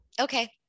Okay